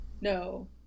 No